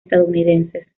estadounidenses